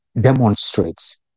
demonstrates